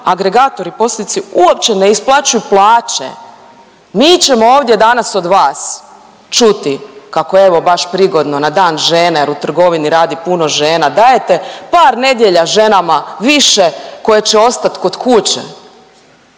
razumije/… uopće ne isplaćuju plaće. Mi ćemo ovdje danas od vas čuti kako je evo baš prigodno na Dan žena jer u trgovini radi puno žena, dajete par nedjelja ženama više koje će ostat kod kuće